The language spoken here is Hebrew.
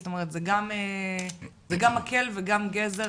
זאת אומרת, זה גם מקל וגם גזר